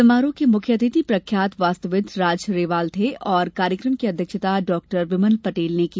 समारोह के मुख्य अतिथि प्रख्यात वास्तुविद राज रेवाल थे जबकि कार्यक्रम की अध्यक्षता डाक्टर विमल पटेल ने की